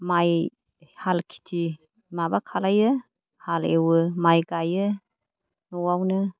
माइ हाल खिथि माबा खालामो हाल एवो माइ गायो न'आवनो